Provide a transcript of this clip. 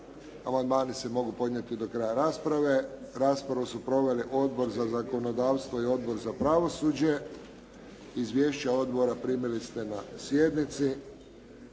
Amandmani se mogu podnijeti do kraja rasprave. Raspravu su proveli Odbor za zakonodavstvo i Odbor za pravosuđe. Izvješća odbora primili ste na sjednici.